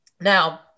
Now